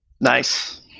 nice